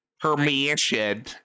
Permission